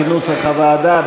כנוסח הוועדה,